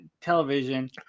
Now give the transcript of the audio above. television